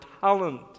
talent